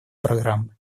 программы